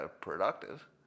productive